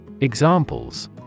Examples